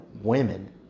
women